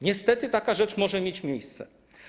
Niestety taka rzecz może mieć miejsce.